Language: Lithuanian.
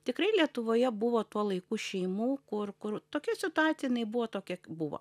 tikrai lietuvoje buvo tuo laiku šeimų kur kur tokia situacija jinai buvo tokia buvo